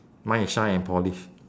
mine is shine and polish